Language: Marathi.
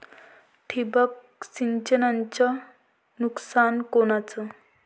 ठिबक सिंचनचं नुकसान कोनचं?